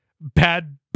bad